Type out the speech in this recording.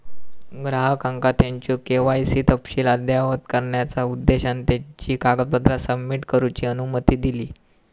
ग्राहकांका त्यांचो के.वाय.सी तपशील अद्ययावत करण्याचा उद्देशान त्यांची कागदपत्रा सबमिट करूची अनुमती दिली